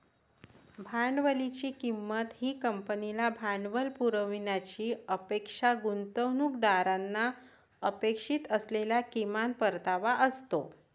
भांडवलाची किंमत ही कंपनीला भांडवल पुरवण्याची अपेक्षा गुंतवणूकदारांना अपेक्षित असलेला किमान परतावा असतो